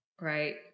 right